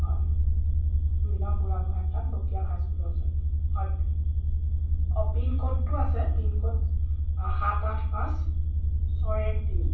হয় দুই নং বুঢ়াগোঁহাই ঘাট বকিয়াল হাইস্কুলৰ ওচৰত হয় অঁ পিনক'ডটো আছে পিনক'ড সাত আঠ পাঁচ ছয় এক তিনি